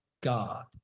God